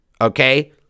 Okay